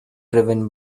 driven